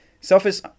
selfish